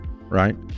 right